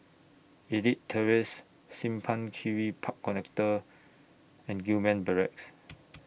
Elite Terrace Simpang Kiri Park Connector and Gillman Barracks